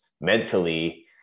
mentally